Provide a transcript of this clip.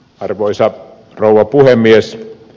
arvoisa rouva puhemies